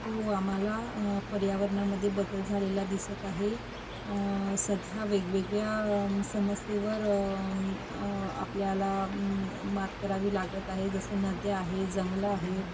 हो आम्हाला पर्यावरणामध्ये बदल झालेला दिसत आहे सध्या वेगवेगळ्या समस्येवर आपल्याला मात करावी लागत आहे जसं नद्या आहे जंगलं आहे